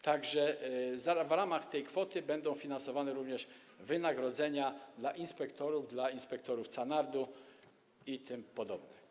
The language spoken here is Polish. Tak że w ramach tej kwoty będą finansowane również wynagrodzenia dla inspektorów, inspektorów CANARD itp.